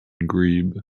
grebe